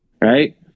right